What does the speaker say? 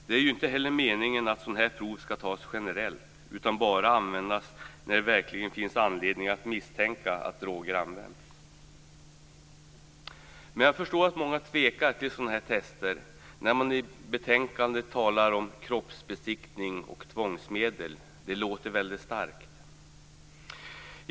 Det är inte heller meningen att sådana här prov skall tas generellt, utan bara användas när det verkligen finns anledning att misstänka att droger använts. Jag förstår att många tvekar inför sådana här tester när det i betänkandet talas om kroppsbesiktning och tvångsmedel. Det låter väldigt starkt.